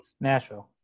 Nashville